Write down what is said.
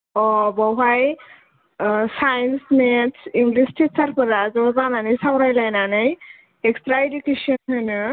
अ बावहाय साइन्स मेइथस इंगलिस थिसारफोरा ज' जानानै सावरायलायनानै इक्सट्रा इदुकेसन होनो